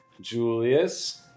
Julius